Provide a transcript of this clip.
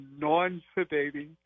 non-sedating